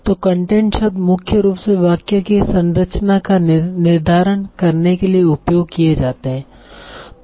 तो कंटेंट शब्द मुख्य रूप से वाक्य की संरचना का निर्धारण करने के लिए उपयोग किये जाते है